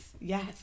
yes